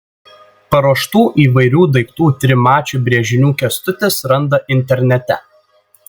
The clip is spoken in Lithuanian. paruoštų įvairių daiktų trimačių brėžinių kęstutis randa internete